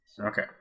okay